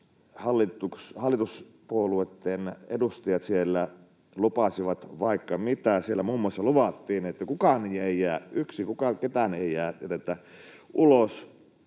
hallituspuolueitten edustajat siellä lupasivat vaikka mitä. Siellä muun muassa luvattiin, että kukaan ei jää yksin, ketään ei jätetä ulos,